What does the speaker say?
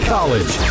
College